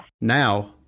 Now